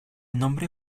nombre